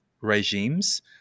regimes